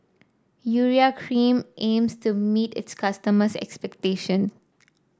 Urea Cream aims to meet its customers' expectations